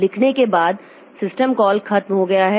लिखने के बाद सिस्टम कॉल खत्म हो गया है